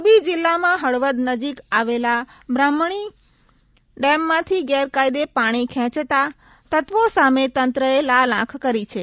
મોરબી જિલ્લામાં હળવદ નજીક આવેલા બ્રાહ્મણી ડેમમાંથી ગેરકાયદે પાણી ખેંચાતા તત્વો સામે તંત્રએ લાલ આંખ કરી છે